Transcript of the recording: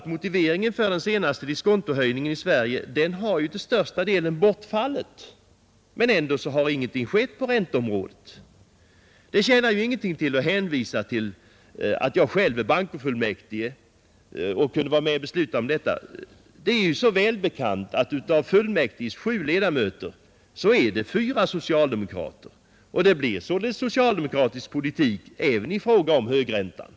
Motiveringen för den senaste diskontohöjningen i Sverige har således till största delen bortfallit, men ändå har ingenting skett på ränteområdet. Det tjänar ingenting till att hänvisa till att jag själv är bankofullmäktig och skulle kunna vara med och besluta om detta. Det är ju välbekant att av fullmäktiges sju ledamöter är fyra socialdemokrater, och det blir således socialdemokratisk politik även i fråga om högräntan.